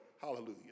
Hallelujah